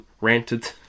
ranted